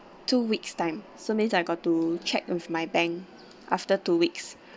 two weeks time so means I got to check with my bank after two weeks